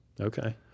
Okay